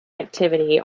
activity